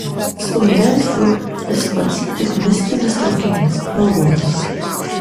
su memfiu tas pats tik mistinis traukinys spalvotas